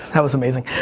that was amazing,